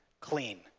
Clean